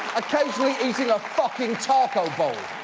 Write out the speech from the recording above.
occasionally eating a fucking taco bowl.